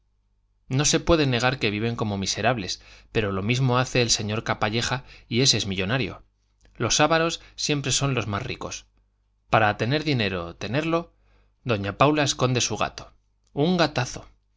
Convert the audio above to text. no se puede negar que viven como miserables pero lo mismo hace el señor capalleja y ese es millonario los avaros siempre son los más ricos para tener dinero tenerlo doña paula esconde su gato un gatazo